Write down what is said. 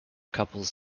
couples